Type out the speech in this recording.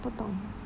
不懂